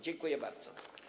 Dziękuję bardzo.